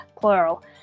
plural